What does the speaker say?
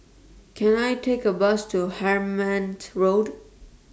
Can I Take A Bus to Hemmant Road